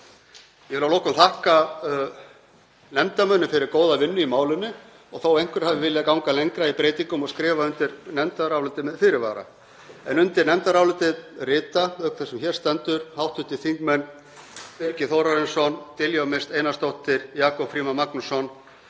Ég vil að lokum þakka nefndarmönnum fyrir góða vinnu í málinu þó að einhverjir hefðu viljað ganga lengra í breytingum og skrifa undir nefndarálitið með fyrirvara. Undir nefndarálitið rita, auk þess sem hér stendur, hv. þingmenn Birgir Þórarinsson, Diljá Mist Einarsdóttir, Jakob Frímann Magnússon,